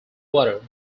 water